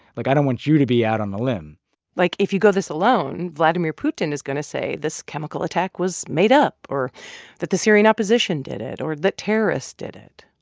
like, i don't want you to be out on a limb like, if you go this alone, vladimir putin is going to say this chemical attack was made up or that the syrian opposition did it or that terrorists did it.